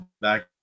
back